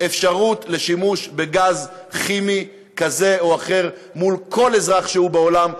אפשרות של שימוש בגז כימי כזה או אחר מול כל אזרח בעולם,